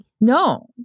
No